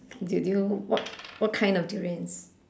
do do you know what what kind of durian